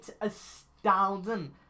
astounding